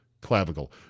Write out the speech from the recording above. clavicle